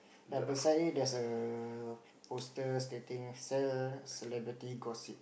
ya beside it there's a poster stating sell celebrity gossip